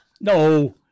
No